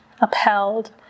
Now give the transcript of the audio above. upheld